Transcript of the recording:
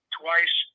twice